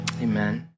amen